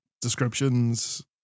descriptions